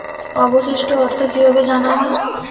অবশিষ্ট অর্থ কিভাবে জানা হয়?